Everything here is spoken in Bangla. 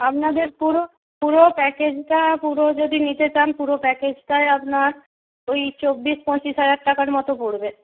আপনাদের পুরো পুরো প্যাকেজটা পুরো যদি নিতে চান পুরো প্যাকেজটায় আপনার ওই চব্বিশ পঁচিশ হাজার টাকার মতো পড়বে